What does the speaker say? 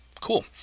Cool